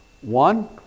one